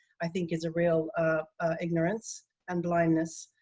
i think, is a real ignorance and blindness.